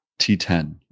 T10